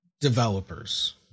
developers